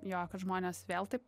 jo kad žmones vėl taip